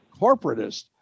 corporatist